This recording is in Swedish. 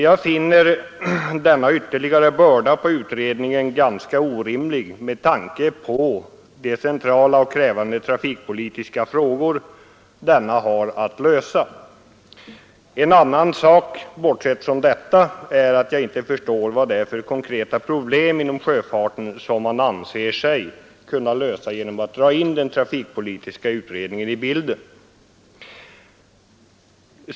Jag finner denna ytterligare börda på utredningen ganska orimlig med tanke på de centrala och krävande trafikpolitiska frågor som utredningen har att lösa. En annan sak — bortsett från detta — är att jag inte förstår vad det är för konkreta problem inom sjöfarten som man anser sig kunna lösa genom att dra in trafikpolitiska utredningen i bilden.